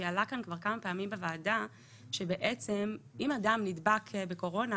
כי עלה כאן כבר כמה פעמים בוועדה שאם אדם נדבק בקורונה,